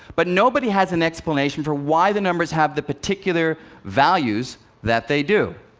but nobody has an explanation for why the numbers have the particular values that they do.